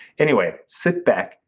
anyway, sit back,